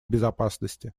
безопасности